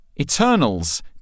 Eternals